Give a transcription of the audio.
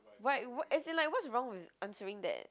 why wh~ as in like what's wrong with answering that